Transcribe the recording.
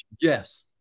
yes